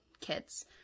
kids